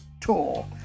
Tour